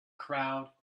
crowd